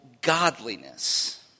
godliness